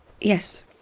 Yes